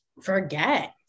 forget